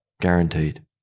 guaranteed